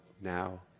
now